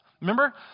Remember